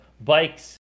bikes